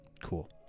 cool